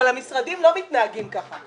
אבל המשרדים לא מתנהגים כך.